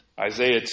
Isaiah